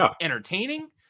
entertaining